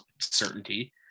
certainty